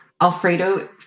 Alfredo